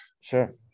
Sure